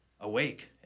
Awake